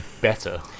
better